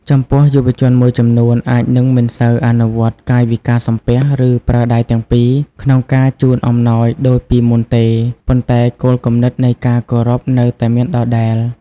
ចំពោះ យុវជនមួយចំនួនអាចនឹងមិនសូវអនុវត្តន៍កាយវិការសំពះ ឬប្រើដៃទាំងពីរក្នុងការជូនអំណោយដូចពីមុនទេ ប៉ុន្តែគោលគំនិតនៃការគោរពនៅតែមានដដែល។